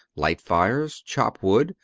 light fires, chop wood,